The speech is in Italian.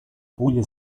puglia